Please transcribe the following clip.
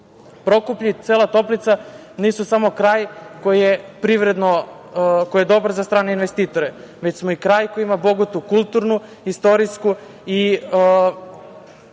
Evrope. Prokuplje i cela Toplica nisu samo kraj koji je privredno dobar za strane investitore, već smo i kraj koji ima bogatu kulturnu, istorijsku,